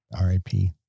R-I-P